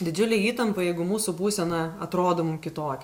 didžiulė įtampa jeigu mūsų būsena atrodo mum kitokia